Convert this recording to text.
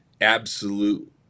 absolute